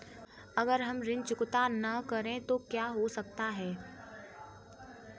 अगर हम ऋण चुकता न करें तो क्या हो सकता है?